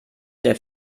der